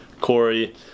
Corey